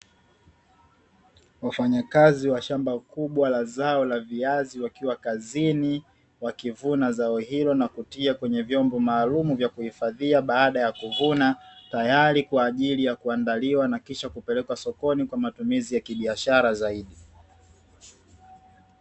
Wafanyakazi wa shamba kubwa la zao la viazi wakiwa kazini, wakivuna zao hilo nakutia kwenye vyombo maalumu vya kuhifadhia baada ya kuvuna tayari kwa ajili ya kuandaliwa na kisha kupelekwa sokoni kwa matumizi ya kibiashara zaidi.